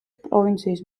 პროვინციის